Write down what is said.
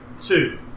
two